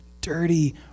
dirty